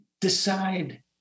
decide